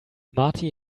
marty